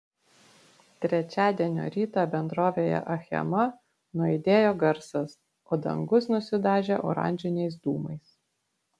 trečiadienio rytą bendrovėje achema nuaidėjo garsas o dangus nusidažė oranžiniais dūmais